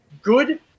good